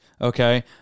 okay